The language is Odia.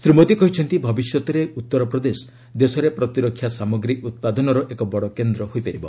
ଶ୍ରୀ ମୋଦୀ କହିଛନ୍ତି ଭବିଷ୍ୟତରେ ଉତ୍ତରପ୍ରଦେଶ ଦେଶରେ ପ୍ରତିରକ୍ଷା ସାମଗ୍ରୀ ଉତ୍ପାଦନର ଏକ ବଡ଼ କେନ୍ଦ୍ର ହୋଇପାରିବ